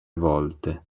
volte